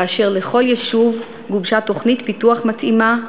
כאשר לכל יישוב גובשה תוכנית פיתוח מתאימה,